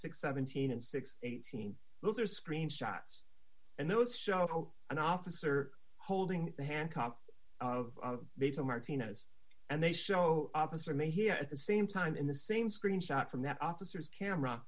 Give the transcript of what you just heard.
and seventeen and six hundred and eighteen those are screen shots and those show an officer holding the hancock of based on martinez and they show officer may here at the same time in the same screen shot from the officers camera